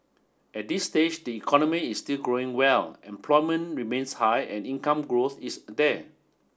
at this stage the economy is still growing well employment remains high and income growth is there